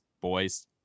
boys